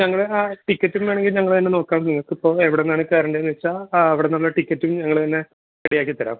ഞങ്ങളെ ആ ടിക്കറ്റും വേണമെങ്കിൽ ഞങ്ങൾ തന്നെ നോക്കാം നിങ്ങൾക്ക് ഇപ്പോൾ എവിടെ നിന്നാണ് കയറേണ്ടത് എന്നുവെച്ചാൽ അവിടുന്ന് ഉള്ള ടിക്കറ്റും ഞങ്ങൾ തന്നെ റെഡി ആക്കിത്തരാം